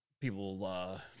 people